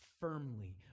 firmly